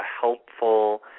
helpful